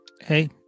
hey